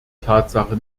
tatsache